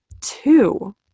two